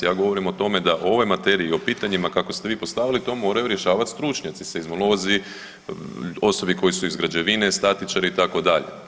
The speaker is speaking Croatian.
Ja govorim o tome da o ovoj materiji o pitanjima kako ste vi postavili to moraju rješavati stručnjaci seizmolozi, osobe koje su iz građevine, statičari itd.